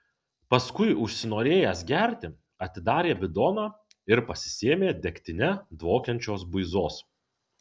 paskui užsinorėjęs gerti atidarė bidoną ir pasisėmė degtine dvokiančios buizos